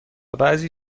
بعضی